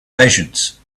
patience